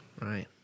Right